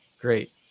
Great